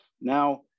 Now